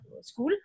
school